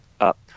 Up